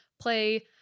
play